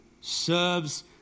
serves